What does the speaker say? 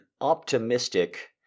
optimistic